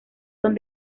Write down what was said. son